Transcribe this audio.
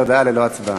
לצרף אותה כתומכת בחוק,